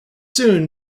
soon